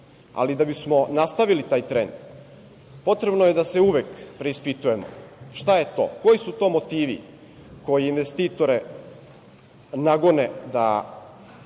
Da bismo nastavili taj trend potrebno je da se uvek preispitujemo šta je to, koji su to motivi koji investitore nagone da